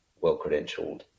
well-credentialed